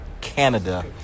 Canada